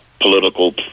political